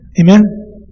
Amen